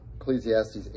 Ecclesiastes